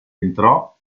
entrò